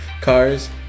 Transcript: Cars